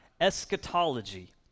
eschatology